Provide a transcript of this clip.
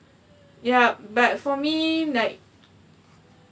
yup but for me like